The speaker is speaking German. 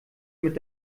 mit